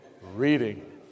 reading